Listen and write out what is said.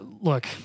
look